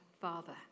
Father